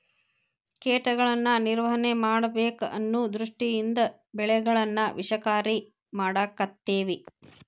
ಕೇಟಗಳನ್ನಾ ನಿರ್ವಹಣೆ ಮಾಡಬೇಕ ಅನ್ನು ದೃಷ್ಟಿಯಿಂದ ಬೆಳೆಗಳನ್ನಾ ವಿಷಕಾರಿ ಮಾಡಾಕತ್ತೆವಿ